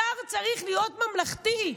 שר צריך להיות ממלכתי.